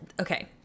okay